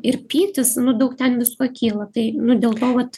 ir pyktis nu daug ten visko kyla tai nu dėl to vat